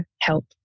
help